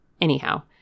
Anyhow